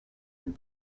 and